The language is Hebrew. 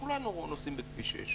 כולנו נוסעים בכביש 6,